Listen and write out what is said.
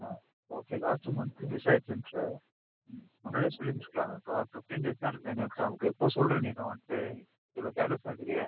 ம் okay last month miss ஆகிடுச்சுன்ற முன்னாடியே சொல்லியிருந்துருக்கலாலப்பா ஃபிஃப்டின் டேஸ் தான் இருக்குது இன்னும் எக்ஸாமுக்கு இப்போ சொல்கிற நீயும் வந்துட்டு இவ்வளோ கேர்லஸ்ஸாக இருக்கிறியே